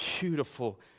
beautiful